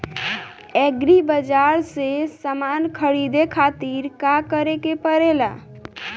Agri बाज़ार से समान ख़रीदे खातिर का करे के पड़ेला?